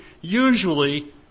usually